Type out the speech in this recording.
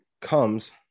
comes